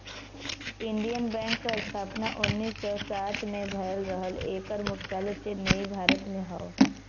Indian Bank क स्थापना उन्नीस सौ सात में भयल रहल एकर मुख्यालय चेन्नई, भारत में हौ